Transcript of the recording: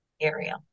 area